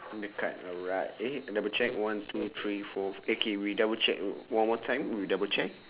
on the cards alright K we double check one two three four fi~ okay we double check o~ one more time we double check